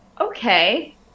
okay